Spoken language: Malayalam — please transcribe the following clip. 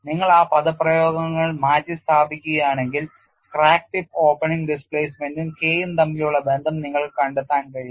നിങ്ങൾ ആ പദപ്രയോഗങ്ങൾ മാറ്റിസ്ഥാപിക്കുകയാണെങ്കിൽ ക്രാക്ക് ടിപ്പ് ഓപ്പണിംഗ് ഡിസ്പ്ലേസ്മെന്റും K യും തമ്മിലുള്ള ബന്ധം നിങ്ങൾക്ക് കണ്ടെത്താൻ കഴിയും